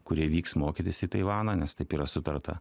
kurie vyks mokytis į taivaną nes taip yra sutarta